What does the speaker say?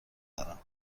دارم